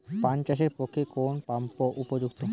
পান চাষের পক্ষে কোন পাম্প উপযুক্ত?